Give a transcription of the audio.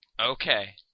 Okay